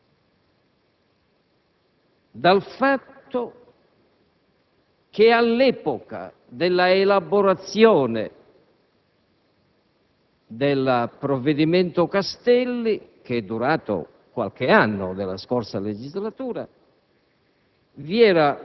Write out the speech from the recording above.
Con una certa disinvoltura, con l'atteggiamento di chi ha sempre la chiave della verità, tipico del